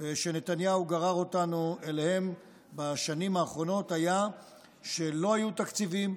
שנתניהו גרר אותנו אליהם בשנים האחרונות היה שלא היו תקציבים,